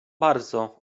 bardzo